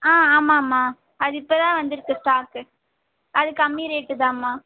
ஆ ஆமாம்மா அது இப்போ தான் வந்துருக்கு ஸ்டாக்கு அது கம்மி ரேட்டுதான்மா